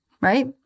Right